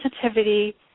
sensitivity